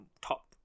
top